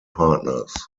partners